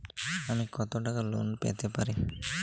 আমি কত টাকা লোন পেতে পারি?